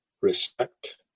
respect